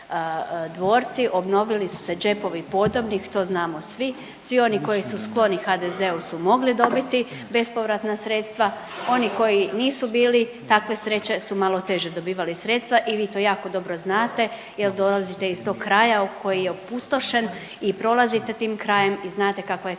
obnovili su se džepovi podobnih to znamo svi, svi oni koji su skloni HDZ-u su mogli dobiti bespovratna sredstva, oni koji nisu bili takve sreće su malo teže dobivali sredstva. I vi to jako dobro znate jer dolazite iz tog kraja koji je opustošen i prolazite tim krajem i znate kakva je